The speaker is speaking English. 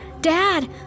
Dad